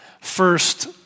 First